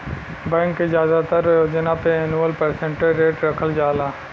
bank के जादातर योजना पे एनुअल परसेंटेज रेट रखल जाला